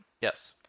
Yes